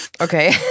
okay